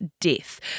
death